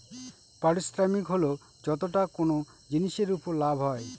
পারিশ্রমিক হল যতটা কোনো জিনিসের উপর লাভ হয়